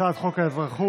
הצעת חוק האזרחות,